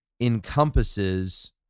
encompasses